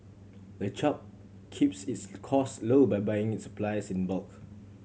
the chop keeps its cost low by buying its supplies in bulk